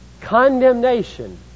condemnation